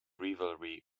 rivalry